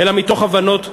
אלא מתוך הבנות,